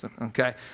okay